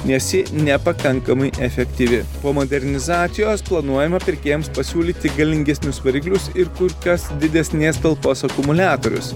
nes ji nepakankamai efektyvi po modernizacijos planuojama pirkėjams pasiūlyti galingesnius variklius ir kur kas didesnės talpos akumuliatorius